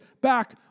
back